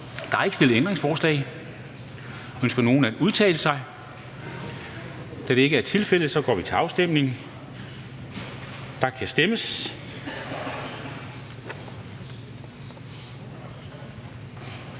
Der er ikke stillet ændringsforslag. Ønsker nogen at udtale sig? Da det ikke er tilfældet, går vi til afstemning. Kl. 10:03 Afstemning